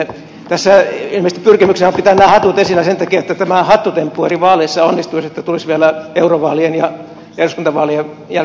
tässä ilmeisesti pyrkimyksenä on pitää nämä hatut esillä sen takia että tämä hattutemppu eri vaaleissa onnistuisi että tulisi vielä eurovaalien ja eduskuntavaalien jälkeen joku kolmas menestys